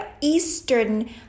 Eastern